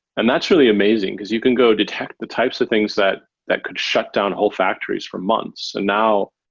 and that's really amazing, because you can go detect the types of things that that could shut down old factories for months. and now,